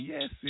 Yes